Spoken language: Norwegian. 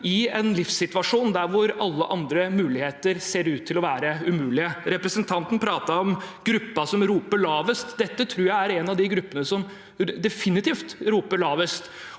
i en livssituasjon der alle andre muligheter ser ut til å være umulige. Representanten pratet om gruppen som roper lavest. Dette tror jeg er en av de gruppene som definitivt roper lavest.